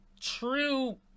true